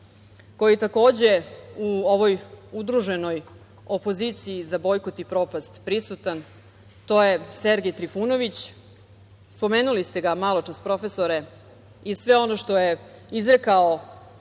koji takođe u ovoj udruženoj opoziciji za bojkot i propast prisutan, a to je Sergej Trifunović. Spomenuli ste ga maločas, profesore, i sve ono što je izrekao